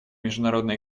международной